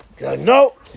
No